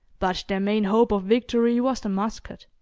but their main hope of victory was the musket.